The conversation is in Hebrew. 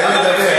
תן לדבר.